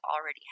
already